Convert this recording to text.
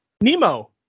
Nemo